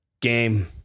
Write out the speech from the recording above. Game